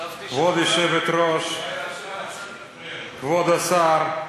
חשבתי, כבוד היושבת-ראש, כבוד השר,